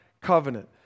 covenant